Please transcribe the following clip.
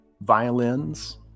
violins